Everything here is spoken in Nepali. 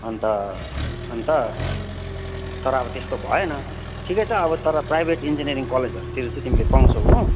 अन्त अन्त तर अब त्यस्तो भएन ठिकै छ अब तर प्राइभेट इन्जिनियरिङ कलेजहरूतिर चाहिँ तिमीले पाउँछौ हो